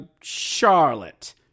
Charlotte